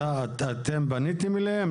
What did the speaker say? אתם פניתם אליהם?